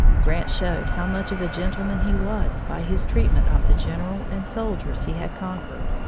grant showed how much of a gentleman he was by his treatment of the general and soldiers he had conquered.